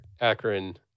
Akron